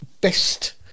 best